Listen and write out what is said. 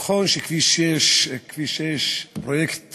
נכון שכביש 6 הוא פרויקט